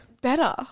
Better